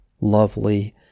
lovely